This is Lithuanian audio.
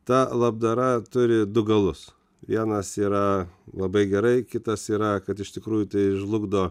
ta labdara turi du galus vienas yra labai gerai kitas yra kad iš tikrųjų tai žlugdo